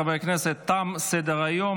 חברי הכנסת, תם סדר-היום.